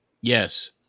Yes